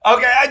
Okay